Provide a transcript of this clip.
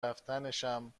رفتنشم